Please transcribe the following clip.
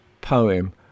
poem